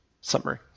Summary